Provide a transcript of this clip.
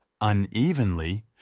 unevenly